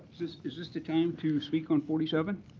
this is this the time to speak on forty seven?